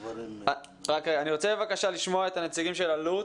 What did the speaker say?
אני רוצה לשמוע את נציגי אלו"ט,